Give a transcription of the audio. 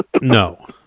No